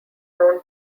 known